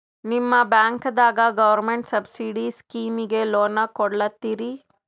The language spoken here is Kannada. ನಿಮ ಬ್ಯಾಂಕದಾಗ ಗೌರ್ಮೆಂಟ ಸಬ್ಸಿಡಿ ಸ್ಕೀಮಿಗಿ ಲೊನ ಕೊಡ್ಲತ್ತೀರಿ?